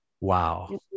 Wow